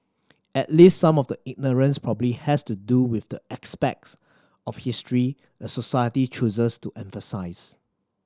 at least some of the ignorance probably has to do with the aspects of history a society chooses to emphasise